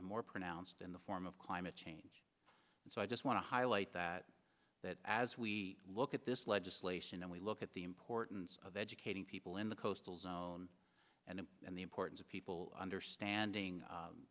and more pronounced in the form of climate change and so i just want to highlight that that as we look at this legislation and we look at the importance of educating people in the coastal zone and and the importance of people understanding